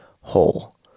whole